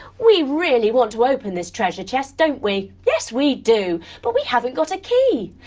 we really want to open this treasure chest, don't we? yes we do. but we haven't got a key.